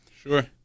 Sure